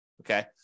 Okay